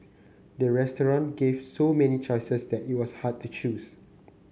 the restaurant gave so many choices that it was hard to choose